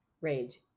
rage